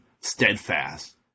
steadfast